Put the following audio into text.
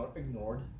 ignored